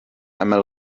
einmal